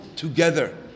Together